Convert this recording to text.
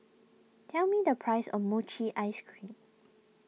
tell me the price of Mochi Ice Cream